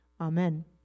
amen